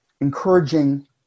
encouraging